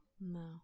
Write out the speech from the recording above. No